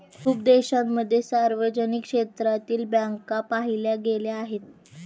खूप देशांमध्ये सार्वजनिक क्षेत्रातील बँका पाहिल्या गेल्या आहेत